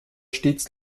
stets